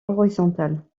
horizontales